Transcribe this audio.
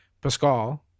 Pascal